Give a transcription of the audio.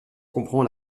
comprend